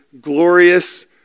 glorious